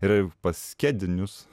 ir pas kedinius